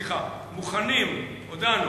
סליחה: מוכנים, הודענו,